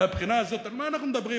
מהבחינה הזאת, על מה אנחנו מדברים?